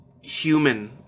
human